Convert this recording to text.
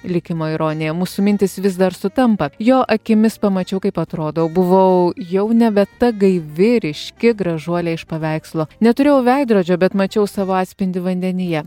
likimo ironija mūsų mintys vis dar sutampa jo akimis pamačiau kaip atrodau buvau jau nebe ta gaivi ryški gražuolė iš paveikslo neturėjau veidrodžio bet mačiau savo atspindį vandenyje